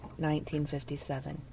1957